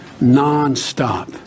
non-stop